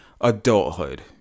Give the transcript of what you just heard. adulthood